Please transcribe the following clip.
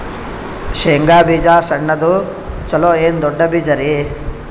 ಶೇಂಗಾ ಬೀಜ ಸಣ್ಣದು ಚಲೋ ಏನ್ ದೊಡ್ಡ ಬೀಜರಿ?